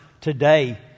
today